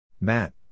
Matt